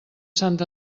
sant